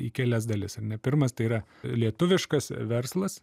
į kelias dalis ar ne pirmas tai yra lietuviškas verslas